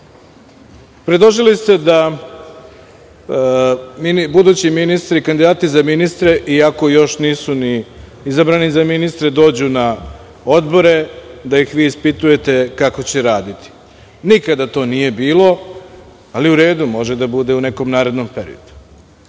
redu. Predložili ste da budući ministri, kandidati za ministre, iako još nisu izabrani za ministre, da dođu na odbore da ih vi ispitujete kako će raditi. Nikada to nije bilo, ali u redu, to može da bude u nekom narednom periodu.U